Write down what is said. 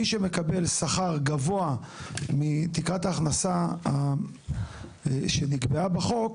מי שמקבל שכר גבוה מתקרת ההכנסה שנקבעה בחוק